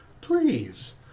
Please